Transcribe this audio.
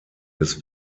des